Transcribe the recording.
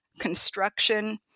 construction